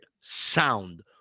sound